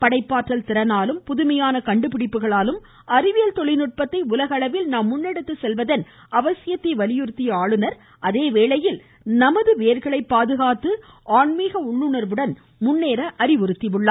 படைப்பாற்றல் திறனாலும் புதுமையான கண்டுபிடிப்புகளாலும் அறிவியல் தொழில்நுட்பத்தை உலகளவில் நாம் முன்னெடுத்து செல்வதன் அவசியத்தை வலியுறுத்திய அவர் அதேவேளையில் நமது வேர்களை பாதுகாத்து ஆன்மீக உள்ளுண்வுடன் முன்னேற அறிவுறுத்தினார்